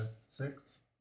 six